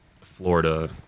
Florida